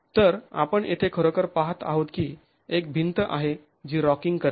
तर आपण येथे खरोखर पाहत आहोत की एक भिंत आहे जी रॉकिंग करते